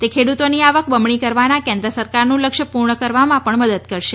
તે ખેડુતોની આવક બમણી કરવાના કેન્દ્ર સરકારનું લક્ષ્ય પુર્ણ કરવામાં પણ મદદ કરશે